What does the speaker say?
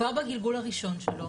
כבר בגלגול הראשון שלו,